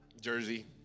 Jersey